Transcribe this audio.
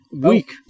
week